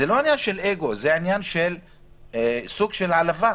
זה לא עניין של אגו, זה סוג של עלבון.